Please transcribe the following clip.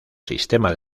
sistema